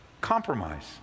Compromise